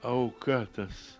auka tas